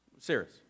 serious